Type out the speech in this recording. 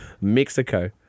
Mexico